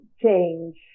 change